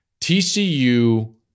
TCU